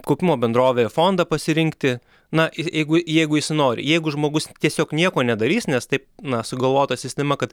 kaupimo bendrovėje fondą pasirinkti na i jeigu jeigu jis nori jeigu žmogus tiesiog nieko nedarys nes taip na sugalvota sistema kad